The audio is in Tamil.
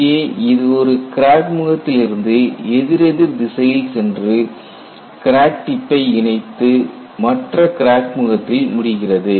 இங்கே இது ஒரு கிராக் முகத்திலிருந்து எதிரெதிர் திசையில் சென்று கிராக் டிப்பை இணைத்து மற்ற கிராக் முகத்தில் முடிகிறது